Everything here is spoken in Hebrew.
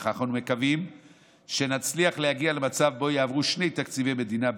אך אנו מקווים שנצליח להגיע למצב שבו יעברו שני תקציבי מדינה בהקדם,